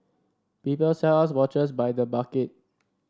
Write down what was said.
people sell us watches by the bucket